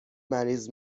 مریض